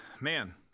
man